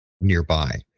nearby